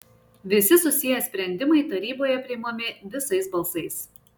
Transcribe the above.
visi susiję sprendimai taryboje priimami visais balsais